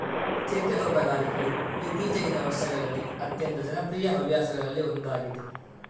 ಚಿಟ್ಟೆ ತೋಟಗಾರಿಕೆಯು ಇತ್ತೀಚಿಗಿನ ವರ್ಷಗಳಲ್ಲಿ ಅತ್ಯಂತ ಜನಪ್ರಿಯ ಹವ್ಯಾಸಗಳಲ್ಲಿ ಒಂದಾಗಿದೆ